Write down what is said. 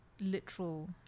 Literal